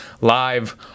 live